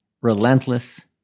Relentless